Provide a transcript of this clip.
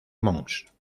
mons